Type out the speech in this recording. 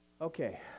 Okay